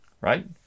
Right